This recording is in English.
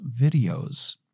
videos